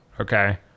Okay